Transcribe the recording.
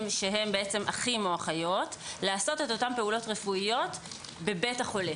שהם אחים או אחיות לעשות אותן פעולות רפואיות בבית החולה.